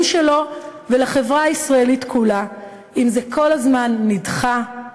שלו ולחברה הישראלית כולה אם זה כל הזמן נדחה,